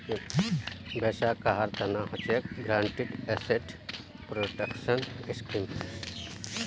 वैसा कहार तना हछेक गारंटीड एसेट प्रोटेक्शन स्कीम